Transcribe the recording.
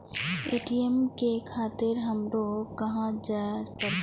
ATM ले खातिर हमरो कहाँ जाए परतें?